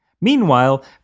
Meanwhile